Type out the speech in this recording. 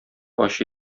ачы